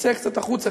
תצא קצת החוצה,